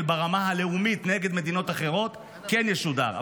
ברמה הלאומית נגד מדינות אחרות כן ישודרו,